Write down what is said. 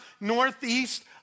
northeast